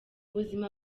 buzima